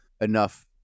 enough